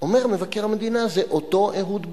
אומר מבקר המדינה, זה אותו אהוד ברק.